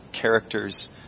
characters